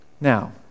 Now